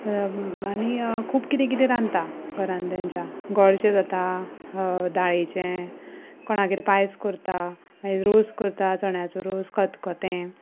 आनी खूब कितें कितें रांदता घरांत तेंच्या गोडशें जाता दाळेचें कोणागेर पायस करता मागीर रोस करता चण्याचो रोस खतखतें